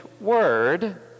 word